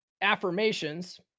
affirmations